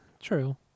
True